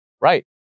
Right